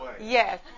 Yes